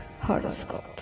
horoscope